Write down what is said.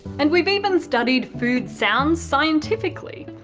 and we've even studied food sounds scientifically.